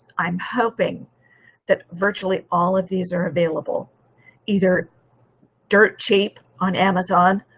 i'm hoping that virtually, all of these are available either dirt cheap on amazon.